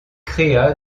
créa